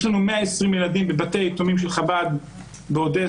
יש לנו 120 ילדים בבתי יתומים של חב"ד באודסה,